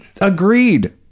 agreed